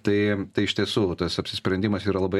tai tai iš tiesų tas apsisprendimas yra labai